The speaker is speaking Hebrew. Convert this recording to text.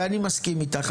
ואני מסכים אתך.